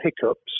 hiccups